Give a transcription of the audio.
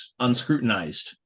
unscrutinized